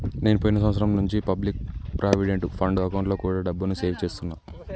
నేను పోయిన సంవత్సరం నుంచి పబ్లిక్ ప్రావిడెంట్ ఫండ్ అకౌంట్లో కూడా డబ్బుని సేవ్ చేస్తున్నా